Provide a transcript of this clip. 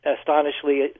astonishingly